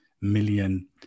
million